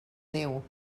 déu